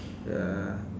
ya